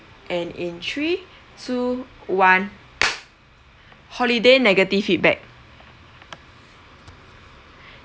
and in three two one holiday negative feedback